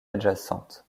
adjacente